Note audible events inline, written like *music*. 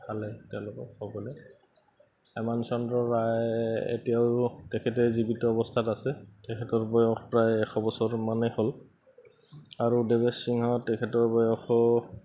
*unintelligible* হেমেনচন্দ্ৰ ৰায় এতিয়াও তেখেতে জীৱিত অৱস্থাত আছে তেখেতৰ বয়স প্ৰায় এশ বছৰমানেই হ'ল আৰু দেৱেছ সিংহ তেখেতৰ বয়সো